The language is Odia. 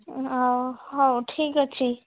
ଆଉ ହଉ ଠିକ୍ ଅଛି